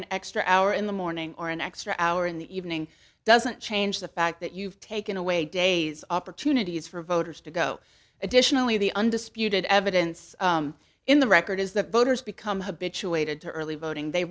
an extra hour in the morning or an extra hour in the evening doesn't change the fact that you've taken away days opportunities for voters to go additionally the undisputed evidence in the record is that voters become habituated to early voting they